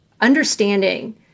understanding